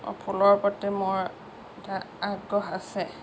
ফুলৰ প্ৰতি মোৰ এটা আগ্ৰহ আছে